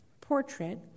portrait